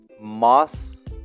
mass